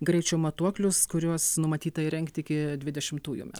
greičio matuoklius kuriuos numatyta įrengti iki dvidešimtųjų metų